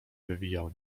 wywijał